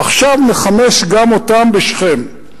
עכשיו נחמש גם אותם בשכם.